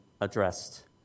addressed